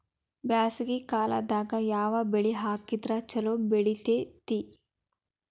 ಬ್ಯಾಸಗಿ ಕಾಲದಾಗ ಯಾವ ಬೆಳಿ ಹಾಕಿದ್ರ ಛಲೋ ಬೆಳಿತೇತಿ?